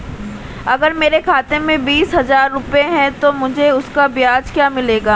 अगर मेरे खाते में बीस हज़ार रुपये हैं तो मुझे उसका ब्याज क्या मिलेगा?